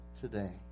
today